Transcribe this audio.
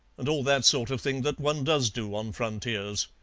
and all that sort of thing that one does do on frontiers.